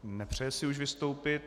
Nepřeje si už vystoupit.